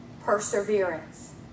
perseverance